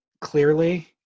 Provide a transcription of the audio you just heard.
clearly